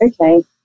okay